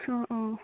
অঁ অঁ